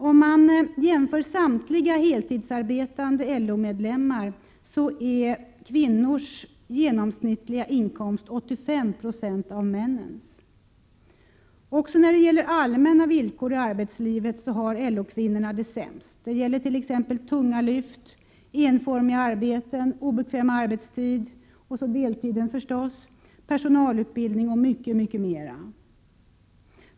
Om man jämför samtliga heltidsarbetande LO-medlemmar finner man att kvinnornas genomsnittliga inkomst uppgår till 85 76 av männens. Också när det gäller allmänna villkor i arbetslivet har LO-kvinnorna det sämst. Det gäller tunga lyft, enformiga arbeten, obekväm arbetstid, deltiden förstås, personalutbildning och mycket mera.